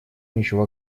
ничего